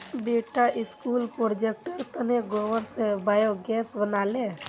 बेटा स्कूल प्रोजेक्टेर तने गोबर स बायोगैस बना ले